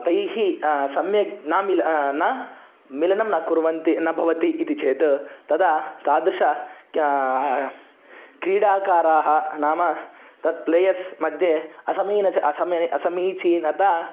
तैः सम्यग् न मिलन मेलनं न कुर्वन्ति न भवति इति चेत् तदा तादृशाः क्रीडाकाराः नाम तत् प्लेयर्स्मध्ये असमीचीनम् असमि असमीचीनता